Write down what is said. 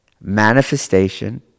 manifestation